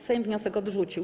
Sejm wniosek odrzucił.